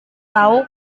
tau